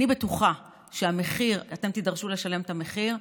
אני בטוחה שאתם תידרשו לשלם את המחיר,